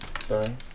Sorry